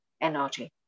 energy